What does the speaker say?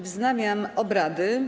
Wznawiam obrady.